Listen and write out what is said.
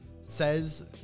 says